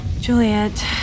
Juliet